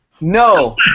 no